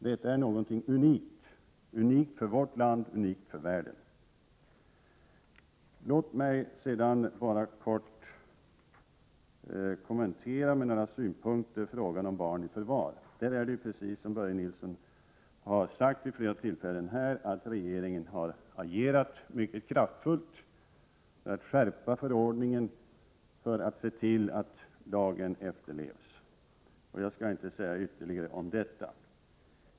Detta är någonting unikt, inte bara för vårt land utan för hela världen. Låt mig sedan med några synpunkter bara kort få kommentera frågan om barn i förvar. Precis som Börje Nilsson vid upprepade tillfällen här har sagt har regeringen agerat mycket kraftfullt för att skärpa förordningen och att se till att lagen efterlevs. Jag skall inte säga något ytterligare om detta.